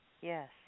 Yes